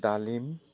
ডালিম